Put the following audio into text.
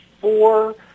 four